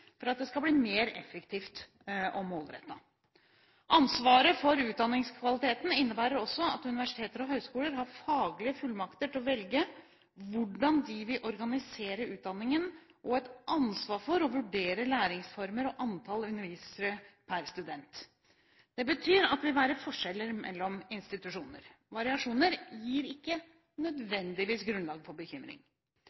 for at det skal bli mer effektivt og målrettet. Ansvaret for utdanningskvaliteten innebærer også at universiteter og høyskoler har faglige fullmakter til å velge hvordan de vil organisere utdanningen og et ansvar for å vurdere læringsformer og antall undervisere per student. Det betyr at det vil være forskjeller mellom institusjoner. Variasjoner gir ikke